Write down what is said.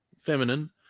feminine